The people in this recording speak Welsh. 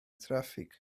traffig